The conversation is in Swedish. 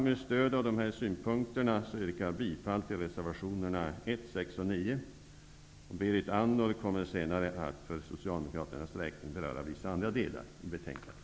Med stöd av dessa synpunkter yrkar jag bifall till reservationerna 1, 6 och 9. Berit Andnor kommer senare att för Socialdemokraternas räkning beröra vissa andra delar av betänkandet.